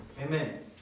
Amen